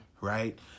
Right